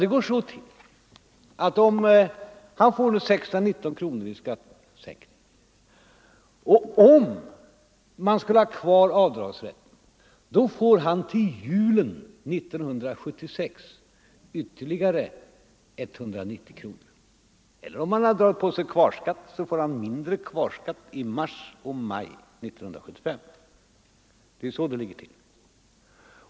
Det går så till att om vederbörande får 619 kronor i skattesänkning och om man skulle ha kvar avdragsrätten får han till julen 1976 ytterligare 190 kronor, eller om han dragit på sig kvarskatt får han mindre kvarskatt i mars och maj 1977. Det är så det ligger till.